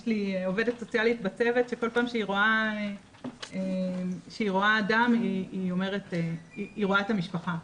יש לי עובדת סוציאלית בצוות שכל פעם שהיא רואה אדם היא רואה את המשפחה.